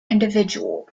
individual